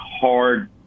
hard